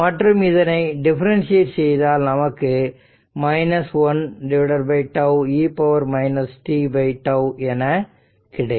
மற்றும் இதனை டிஃபரண்ஷியேட் செய்தால் நமக்கு 1τ e tτ என கிடைக்கும்